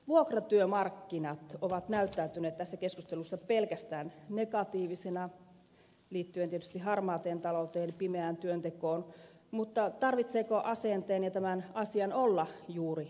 vuokratyömarkkinat ovat näyttäytyneet tässä keskustelussa pelkästään negatiivisina liittyen tietysti harmaaseen talouteen pimeään työntekoon mutta tarvitseeko asenteen ja tämän asian olla juuri näin